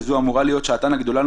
שזו אמורה להיות שעתן הגדולה,